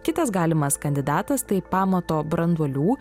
kitas galimas kandidatas tai pamato branduolių